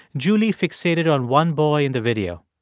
julie fixated on one boy in the video.